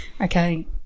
okay